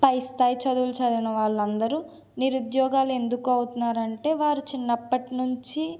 పై స్థాయి చదువులు చదివిన వాళ్ళందరూ నిరుద్యోగులు ఎందుకు అవుతున్నారంటే వారు చిన్నప్పటినుంచి